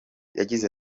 yagize